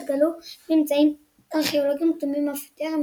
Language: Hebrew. התגלו ממצאים ארכאולוגיים קדומים אף יותר,